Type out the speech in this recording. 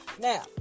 now